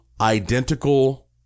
identical